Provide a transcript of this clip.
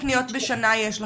כמה פניות בשנה יש לכם?